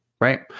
right